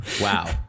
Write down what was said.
Wow